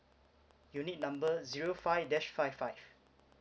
unit number zero five dash five five